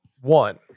One